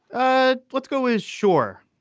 ah let's go is sure.